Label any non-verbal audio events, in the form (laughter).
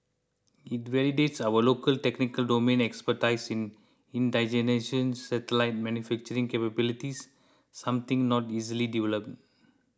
it validates our local technical domain expertise in (unintelligible) satellite manufacturing capabilities something not easily developed